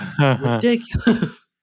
Ridiculous